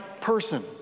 person